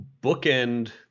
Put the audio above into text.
bookend